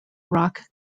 rock